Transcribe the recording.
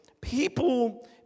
People